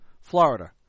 Florida